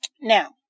Now